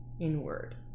inward